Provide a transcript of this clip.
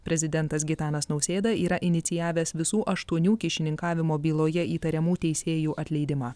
prezidentas gitanas nausėda yra inicijavęs visų aštuonių kyšininkavimo byloje įtariamų teisėjų atleidimą